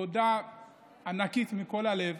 תודה ענקית מכל הלב